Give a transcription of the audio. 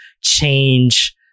change